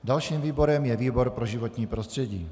Dalším výborem je výbor pro životní prostředí.